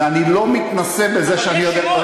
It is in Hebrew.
ואני לא מתנשא בזה שאני יודע, אבל יש שמות.